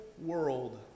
world